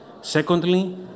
Secondly